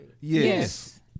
Yes